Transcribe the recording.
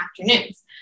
afternoons